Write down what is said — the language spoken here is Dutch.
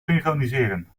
synchroniseren